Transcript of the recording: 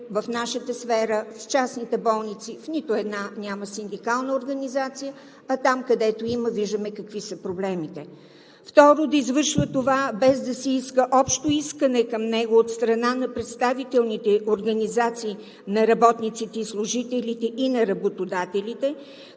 в нашата сфера, в частните болници в нито една няма синдикална организация, а там, където има, виждаме какви са проблемите. (Шум и реплики.) Второ, да извършва това, без да се иска общо искане към него от страна на представителните организации на работниците и служителите и на работодателите,